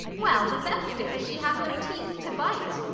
well, the best is, she hath no teeth to bite.